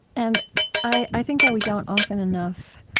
and i i think that we don't often enough